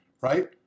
right